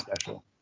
special